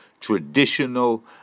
traditional